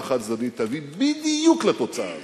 החד-צדדית תביא בדיוק לתוצאה הזאת,